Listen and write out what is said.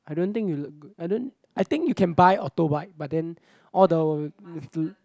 I don't think you look good I don't I think you can buy auto bike but then all the